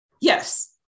Yes